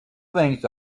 things